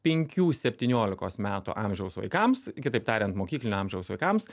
penkių septyniolikos metų amžiaus vaikams kitaip tariant mokyklinio amžiaus vaikams